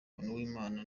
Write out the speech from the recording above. w’imana